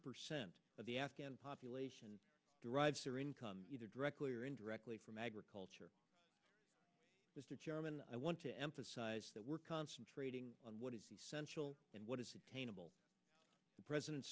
percent of the afghan population derives their income either directly or indirectly from agriculture mr chairman i want to emphasize that we're concentrating on what is essential and what is attainable the president's